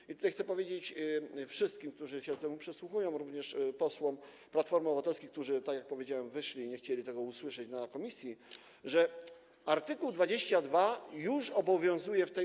I tutaj chcę powiedzieć wszystkim, którzy się temu przysłuchują, również posłom Platformy Obywatelskiej, którzy - tak jak powiedziałem - wyszli i nie chcieli tego usłyszeć w komisji, że art. 22 już obowiązuje w tej.